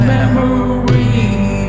Memories